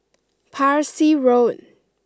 Parsi Road